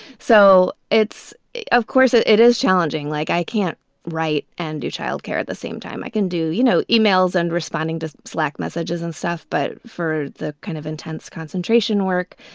so it's of course it it is challenging. like i can't write and do childcare at the same time, i can do, you know, emails and responding to slack messages and stuff but for the kind of intense concentration work,